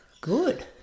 Good